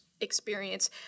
experience